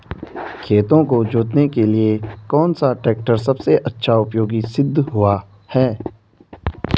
खेतों को जोतने के लिए कौन सा टैक्टर सबसे अच्छा उपयोगी सिद्ध हुआ है?